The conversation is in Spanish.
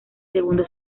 segundo